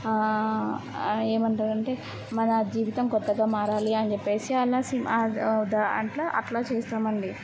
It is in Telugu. ఏమంటరంటే మన జీవితం కొత్తగా మారాలి అనిజెప్పేసి ఆలసి అట్లా చేస్తామండి